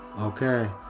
Okay